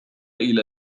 إلى